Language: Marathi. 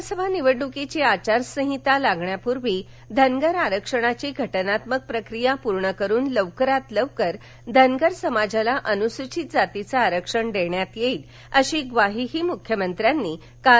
लोकसभा निवडणुकीची आचारसंहिता लागण्यापूर्वी धनगर आरक्षणाची घटनात्मक प्रक्रिया पूर्ण करून लवकरात लवकर धनगर समाजाला अनुसूचित जातीचं आरक्षण देण्यात येईल अशी ग्वाही मुख्यमंत्र्यांनी काल विधानपरिषदेत दिली